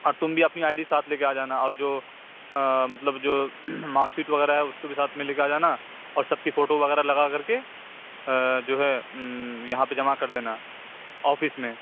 اور تم بھی اپنی آئی ڈی ساتھ لے کے آ جانا اور جو مطلب جو مارکشیٹ وغیرہ ہے اس کو بھی ساتھ میں لے کے آ جانا اور سب کی فوٹو وغیرہ لگا کر کے جو ہے یہاں پہ جمع کر دینا آفس میں